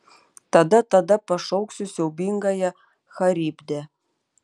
tada tada pašauksiu siaubingąją charibdę